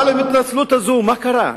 אבל עם ההתנצלות הזו, מה קרה?